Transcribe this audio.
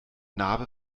narbe